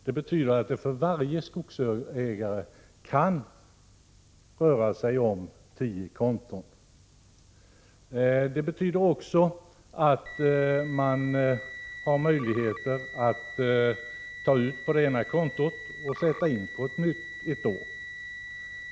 Det betyder att det för varje skogsägare kan röra sig om 10 konton. Det innebär också att man har möjlighet att ett år ta ut från det ena kontot och sätta in på ett nytt.